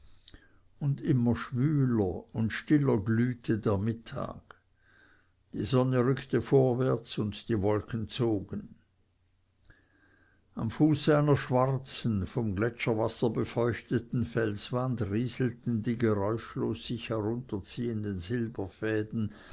und immer schwüler und stiller glühte der mittag die sonne rückte vorwärts und die wolken zogen am fuße einer schwarzen vom gletscherwasser befeuchteten felswand rieselten die geräuschlos sich herunterziehenden silberfäden